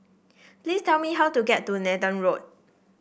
please tell me how to get to Nathan Road